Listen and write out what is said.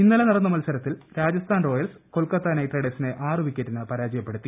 ഇന്നലെ നടന്ന മത്സരത്തിൽ രാജസ്ഥാൻ റോയൽസ് കൊൽക്കത്ത നൈറ്റ് മൈസ്യേഴ്സിനെ ആറ് വിക്കറ്റിന് പരാജയപ്പെടുത്തി